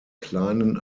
kleinen